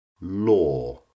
law